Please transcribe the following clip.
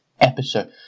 episode